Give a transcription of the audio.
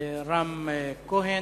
רם כהן,